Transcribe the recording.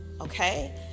Okay